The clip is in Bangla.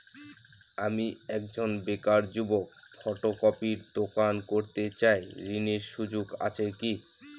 আমি একজন বেকার যুবক ফটোকপির দোকান করতে চাই ঋণের সুযোগ আছে কি?